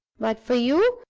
but for you,